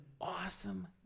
awesome